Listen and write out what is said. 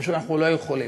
אנחנו פשוט לא יכולים.